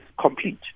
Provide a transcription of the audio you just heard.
complete